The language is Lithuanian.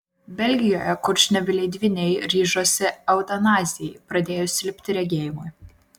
belgijoje kurčnebyliai dvyniai ryžosi eutanazijai pradėjus silpti regėjimui